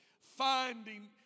finding